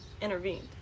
intervened